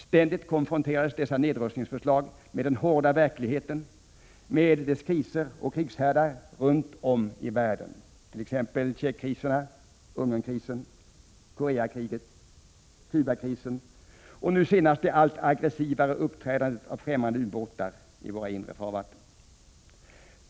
Ständigt konfronterades dessa nedrustningsförslag med den hårda verkligheten, med dess kriser och krigshärdar runt om i världen, t.ex. Tjeckoslovakienkriserna, Ungernkrisen, Koreakriget, Cubakrisen och nu senast det allt aggressivare uppträdandet av främmande ubåtar i våra inre farvatten.